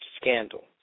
Scandal